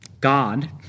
God